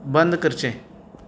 बंद करचें